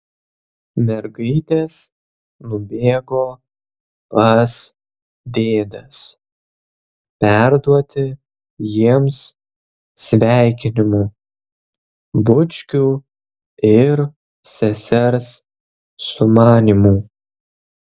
mergaitės nubėgo pas dėdes perduoti jiems sveikinimų bučkių ir sesers sumanymų